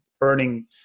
earning